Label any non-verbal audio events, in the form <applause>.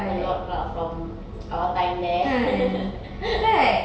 a lot lah from our time there <laughs>